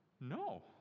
no